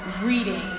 reading